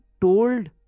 told